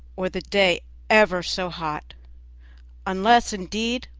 or the day ever so hot unless, indeed,